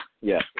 Yes